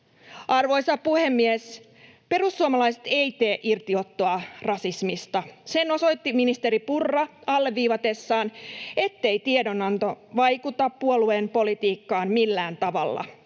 Arvoisa puhemies! Perussuomalaiset ei tee irtiottoa rasismista. Sen osoitti ministeri Purra alleviivatessaan, ettei tiedonanto vaikuta puolueen politiikkaan millään tavalla.